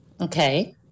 Okay